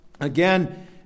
again